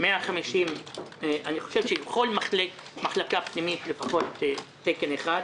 אני חושב שבכל מחלקה פנימית לפחות תקן אחד,